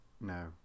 No